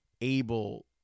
able